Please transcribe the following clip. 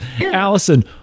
Allison